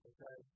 Okay